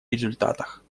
результатах